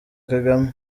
kagame